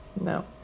no